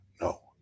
No